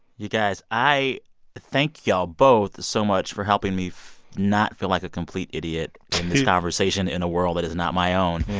you guys, i thank y'all both so much for helping me not feel like a complete idiot in this conversation in a world that is not my own.